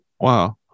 Wow